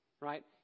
Right